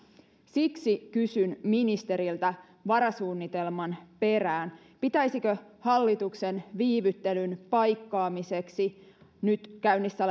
siksi kysyn ministeriltä varasuunnitelman perään pitäisikö hallituksen viivyttelyn paikkaamiseksi nyt käynnissä